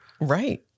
Right